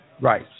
Right